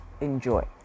enjoy